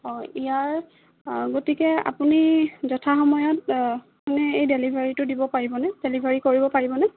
হয় ইয়াৰ গতিকে আপুনি যথা সময়ত মানে এই ডেলিভাৰীটো দিব পাৰিবনে ডেলিভাৰী কৰিব পাৰিবনে